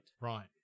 Right